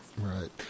Right